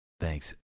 thanks